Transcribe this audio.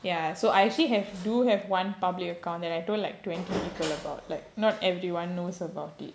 ya so I actually have do have one public account that I told like twenty people about like not everyone knows about it